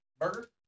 Burger